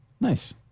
Nice